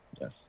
yes